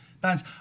bands